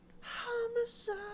homicide